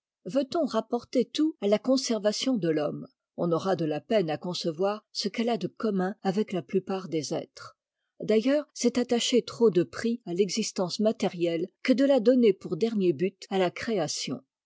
veut-on rapporter tout à la conservation de l'homme on aura de la peine à concevoir ce qu'elle a de commun avec la plupart des êtres d'ailleurs c'est attacher trop de prix à l'existence matérie e que de la donner pour dernier but à la création